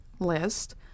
list